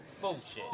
Bullshit